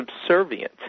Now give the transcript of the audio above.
subservient